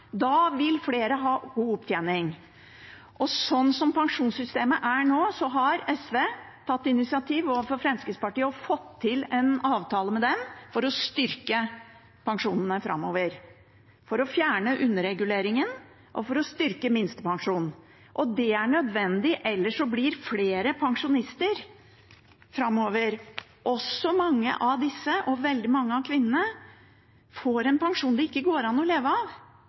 Da vil flere ha god opptjening. Slik som pensjonssystemet er nå, har SV tatt initiativ overfor Fremskrittspartiet og fått til en avtale med dem for å styrke pensjonene framover, for å fjerne underreguleringen og for å styrke minstepensjonen. Det er nødvendig, ellers får flere pensjonister framover – også mange av disse og veldig mange av kvinnene – en pensjon det ikke går an å leve av